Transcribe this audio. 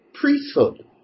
priesthood